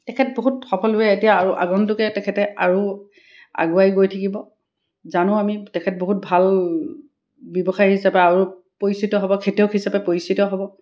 তেখেত বহুত সফলভাৱে এতিয়া আৰু আগন্তুক তেখেতে আৰু আগুৱাই গৈ থাকিব জানো আমি তেখেত বহুত ভাল ব্যৱসায় হিচাপে আৰু পৰিচিত হ'ব খেতিয়ক হিচাপে পৰিচিত হ'ব